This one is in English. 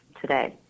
today